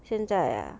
现在 ah